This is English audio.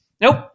nope